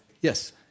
yes